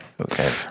Okay